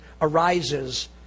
arises